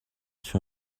sur